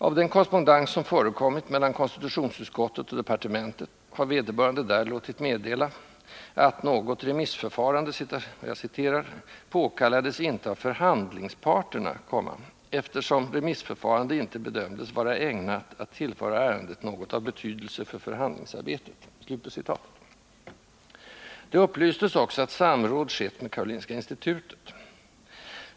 Av den korrespondens som förekommit mellan konstitutionsutskottet och departementet framgår att vederbörande där låtit meddela att något remissförfarande ”påkallades inte av förhandlingsparterna, eftersom remissförfarande inte bedömdes vara ägnat att tillföra ärendet något av betydelse för förhandlingsarbetet”. Det upplystes också om att samråd skett med Karolinska institutet.